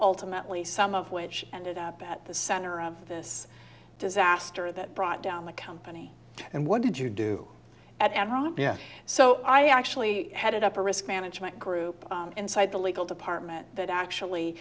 ultimately some of which ended up at the center of this disaster that brought down the company and what did you do at enron yeah so i actually headed up a risk management group inside the legal department that actually